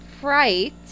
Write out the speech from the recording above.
fright